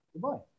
Goodbye